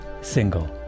single